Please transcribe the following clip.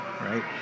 Right